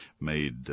made